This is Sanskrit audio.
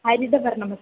हरितवर्णमस्ति